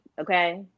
Okay